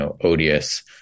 odious